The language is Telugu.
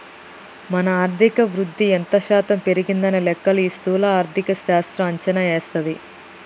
మన ఆర్థిక వృద్ధి ఎంత శాతం పెరిగిందనే లెక్కలు ఈ స్థూల ఆర్థిక శాస్త్రం అంచనా వేస్తది